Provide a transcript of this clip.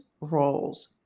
roles